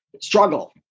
struggle